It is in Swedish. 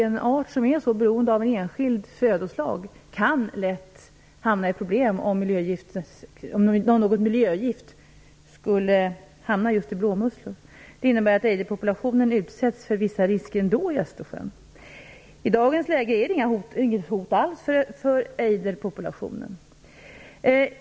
En art som är så beroende av enskilt födoslag kan lätt få problem om något miljögift skulle drabba födan, i detta fall blåmusslor. Det innebär att ejderpopulationen utsätts för vissa risker ändå i Östersjön. I dagens läge är inget hot alls för ejderpopulationen.